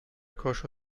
kirche